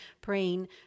praying